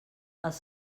els